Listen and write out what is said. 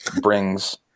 brings